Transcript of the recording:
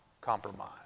compromise